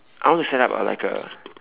I want to set up a like a